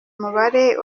umubare